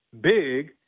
big